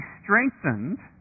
strengthened